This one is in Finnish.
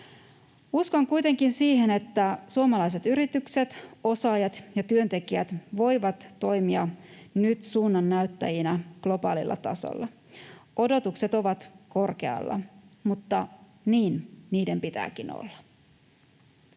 Uskon kuitenkin siihen, että suomalaiset yritykset, osaajat ja työntekijät voivat toimia nyt suunnannäyttäjinä globaalilla tasolla. Odotukset ovat korkealla, mutta niin niiden pitääkin olla.